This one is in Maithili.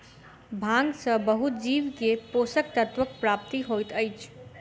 भांग सॅ बहुत जीव के पोषक तत्वक प्राप्ति होइत अछि